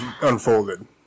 unfolded